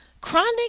Chronic